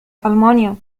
ألمانيا